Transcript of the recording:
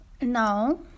Now